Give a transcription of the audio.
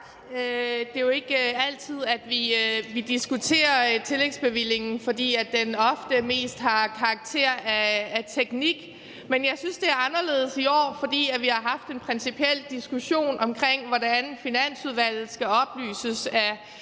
Det er jo ikke altid, vi diskuterer tillægsbevillingen, for den har ofte mest karakter af teknik, men jeg synes, det er anderledes i år, fordi vi har haft en principiel diskussion om, hvordan Finansudvalget skal oplyses af